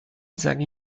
sage